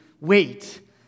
wait